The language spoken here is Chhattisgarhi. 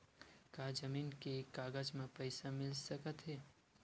का जमीन के कागज म पईसा मिल सकत हे?